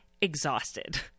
exhausted